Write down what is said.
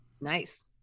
Nice